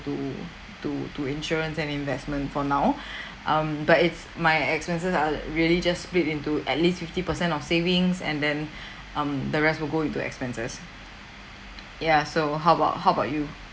to to to insurance and investment for now um but it's my expenses are really just split into at least fifty per cent of savings and then um the rest will go into expenses ya so how about how about you